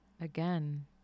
again